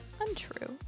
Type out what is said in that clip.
Untrue